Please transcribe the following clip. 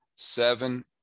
Seven